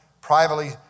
privately